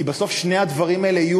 כי בסוף שני הדברים האלה,